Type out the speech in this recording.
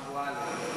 אבו עלי.